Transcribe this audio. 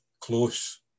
close